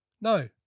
no